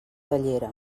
bellera